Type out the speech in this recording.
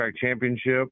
championship